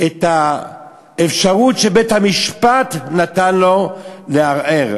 את האפשרות שבית-המשפט נתן לו לערער,